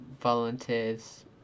volunteers